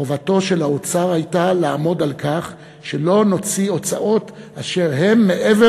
חובתו של האוצר הייתה לעמוד על כך שלא נוציא הוצאות אשר הן מעבר